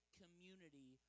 community